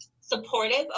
supportive